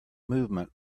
movement